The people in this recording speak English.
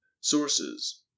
Sources